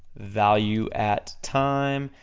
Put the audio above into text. value at time,